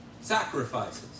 sacrifices